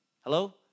Hello